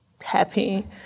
happy